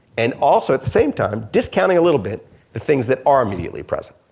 and also at the same time discounting a little bit the things that are immediately present.